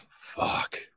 Fuck